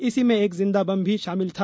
इसी में एक जीन्दा बम भी शामिल था